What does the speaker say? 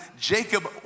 Jacob